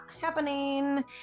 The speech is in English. happening